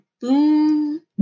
Boom